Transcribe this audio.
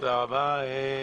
תודה רבה.